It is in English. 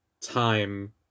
time